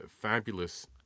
fabulous